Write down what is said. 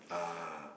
uh